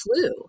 flu